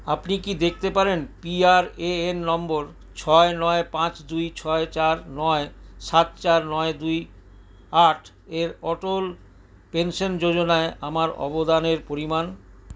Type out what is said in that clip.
আপনি কি দেখতে পারেন পিআরএএন নম্বর ছয় নয় পাঁচ দুই ছয় চার নয় সাত চার নয় দুই আটের অটল পেনশন যোজনায় আমার অবদানের পরিমাণ